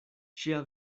ŝia